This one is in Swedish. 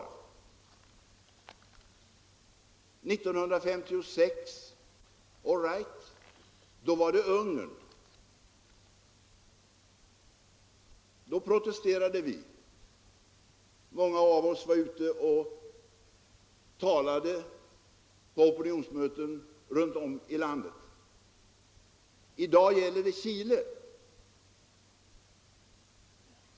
All right — 1956 gällde det Ungern. Då protesterade vi. Många av oss var ute och talade på opinionsmöten runt om i landet. I dag gäller det Chile.